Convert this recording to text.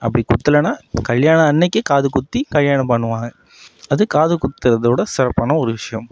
அப்படி குத்தலைன்னா கல்யாணம் அன்னைக்கி காது குத்தி கல்யாணம் பண்ணுவாங்க அது காது குத்துறதோட சிறப்பான ஒரு விஷயம்